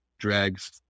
drags